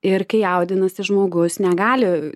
ir kai jaudinasi žmogus negali